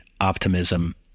optimism